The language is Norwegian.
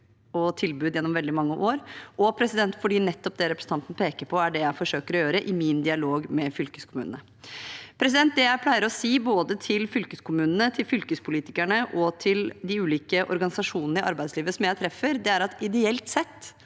og tilbud gjennom veldig mange år, og fordi nettopp det representanten peker på, er det jeg forsøker å gjøre i min dialog med fylkeskommunene. Det jeg pleier å si både til fylkeskommunene, til fylkespolitikerne og til de ulike organisasjonene i arbeidslivet som jeg treffer, er at ideelt sett,